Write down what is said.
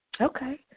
Okay